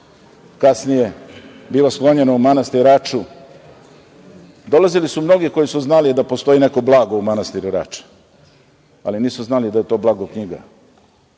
Kasnije biva sklonjeno u manastir Raču. Dolazili su mnogi koji su znali da postoji neko blago u manastiru Rača, ali nisu znali da je to blago knjiga.